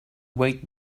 wait